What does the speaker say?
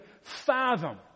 fathom